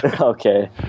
okay